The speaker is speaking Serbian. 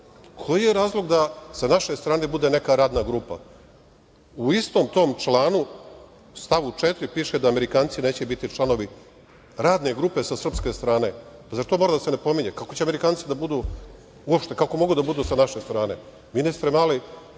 Koji je razlog da sa naše strane bude neka radna grupa?U istom tom članu stavu 4. piše da Amerikanci neće biti članovi Radne grupe sa srpske strane. Zar to mora da se napominje? Kako će Amerikanci da budu, uopšte kako mogu da budu sa naše strane? Ministre Mali,